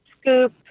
Scoop